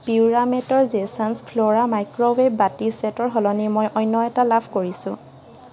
পিউৰামেটৰ জেছন্ছ ফ্ল'ৰা মাইক্ৰৱেভ বাটি চেটৰ সলনি মই অন্য এটা লাভ কৰিছোঁ